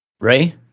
Ray